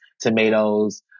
tomatoes